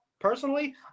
Personally